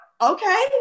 Okay